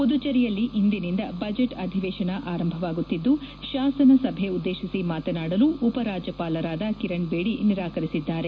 ಪುದುಚೆರಿಯಲ್ಲಿ ಇಂದಿನಿಂದ ಬಜೆಟ್ ಅಧಿವೇಶನ ಆರಂಭವಾಗುತ್ತಿದ್ದು ಶಾಸನಸಭೆ ಉದ್ದೇಶಿಸಿ ಮಾತನಾಡಲು ಉಪರಾಜ್ಯಪಾಲರಾದ ಕಿರಣ್ ಬೇಡಿ ನಿರಾಕರಿಸಿದ್ದಾರೆ